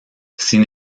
sin